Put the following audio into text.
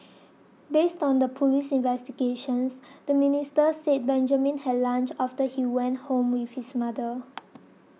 based on the police investigations the minister said Benjamin had lunch after he went home with his mother